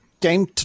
game